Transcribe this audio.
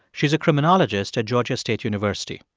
she's a criminologist to georgia state university.